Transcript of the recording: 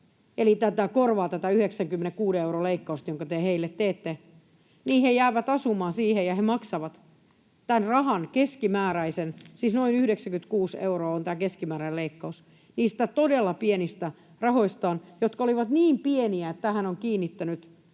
eli korvaa tätä 96 euron leikkausta, jonka te heille teette, niin he jäävät asumaan siihen ja he maksavat tämän keskimääräisen rahan — siis noin 96 euroa on tämä keskimääräinen leikkaus — niistä todella pienistä rahoistaan, jotka olivat niin pieniä, että tähän ovat kiinnittäneet